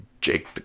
jake